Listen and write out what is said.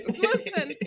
listen